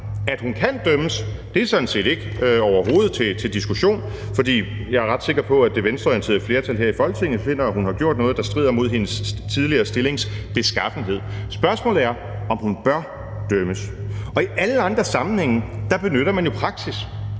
At hun kan dømmes, er sådan set overhovedet ikke til diskussion, for jeg er ret sikker på, at det venstreorienterede flertal her i Folketinget finder, at hun har gjort noget, der strider mod hendes tidligere stillings beskaffenhed. Spørgsmålet er, om hun bør dømmes. I alle andre sammenhænge benytter man jo praksis.